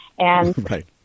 right